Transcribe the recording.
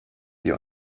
wir